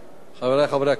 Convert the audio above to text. חברי חברי הכנסת,